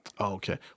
okay